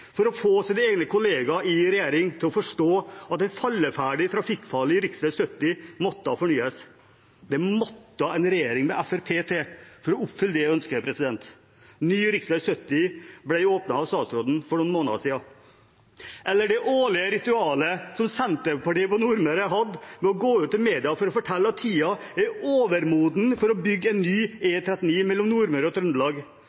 for å få sine egne kollegaer i regjering til å forstå at den falleferdige, trafikkfarlige rv. 70 måtte fornyes. Det måtte en regjering med Fremskrittspartiet til for å oppfylle det ønsket. Ny rv. 70 ble åpnet av statsråden for noen måneder siden. Eller det årlige ritualet som Senterpartiet på Nordmøre hadde med å gå ut i media for å fortelle at tiden er overmoden for å bygge en ny